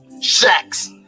shacks